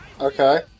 Okay